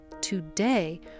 today